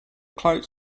clouds